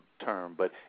term—but